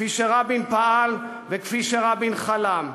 כפי שרבין פעל וכפי שרבין חלם.